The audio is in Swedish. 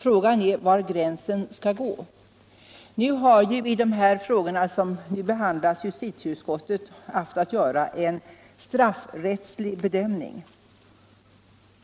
Frågan är var gränsen skall gå. Nu har vi i de frågor som behandlats i justitieutskottet haft att göra en straffrättslig bedömning,